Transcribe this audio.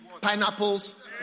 pineapples